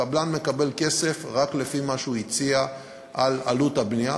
הקבלן מקבל כסף רק לפי מה שהוא הציע על עלות הבנייה,